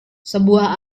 sebuah